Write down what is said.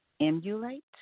emulate